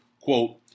quote